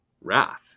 wrath